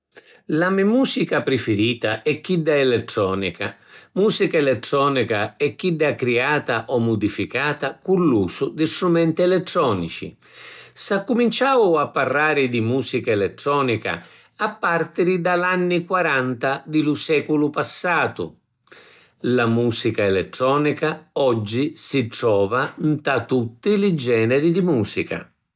La me musica prifirita è chidda elettronica. Musica elettronica è chidda criata o mudificata cu l’usu di strumenti elettronici. S’accuminciau a parrari di musica elettronica a partiri da l’anni quaranta di lu seculu passatu. La musica elettronica oggi si trova nta tutti li generi di musica.